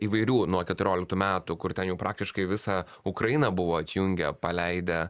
įvairių nuo keturioliktų metų kur ten jau praktiškai visą ukrainą buvo atjungę paleidę